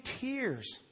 tears